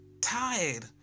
tired